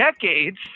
decades